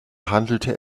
handelte